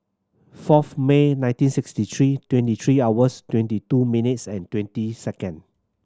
fourth May nineteen sixty three twenty three hours twenty two minutes and twenty second